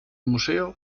museo